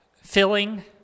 filling